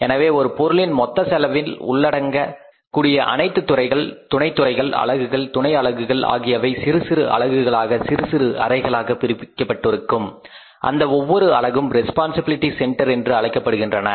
எனவே ஒரு பொருளின் மொத்த செலவில் உள்ளடங்க கூடிய அனைத்து துறைகள் துணைத் துறைகள் அலகுகள் துணை அலகுகள் ஆகியவை சிறுசிறு அலகுகளாக சிறு சிறு அறைகளாக பிரிக்கப்பட்டிருக்கும் அந்த ஒவ்வொரு அலகும் ரெஸ்பான்சிபிலிட்டி சென்டர் என்று அழைக்கப்படுகின்றன